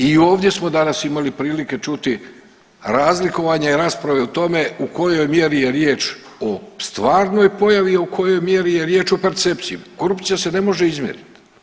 I ovdje smo danas imali prilike čuti razlikovanje rasprave u tome u kojoj mjeri je riječ o stvarnoj pojavi, a u kojoj mjeri je riječ o percepciji, korupcija se ne može izmjeriti.